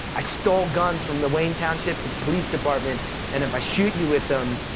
i stole guns from the wayne township's police department and if i shoot you with them,